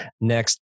next